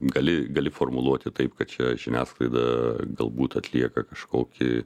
gali gali formuluoti taip kad čia žiniasklaida galbūt atlieka kažkokį